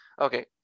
okay